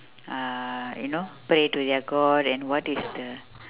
uh you know pray to their god and what is the